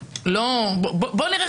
לא ברעיון אלא בניסוח.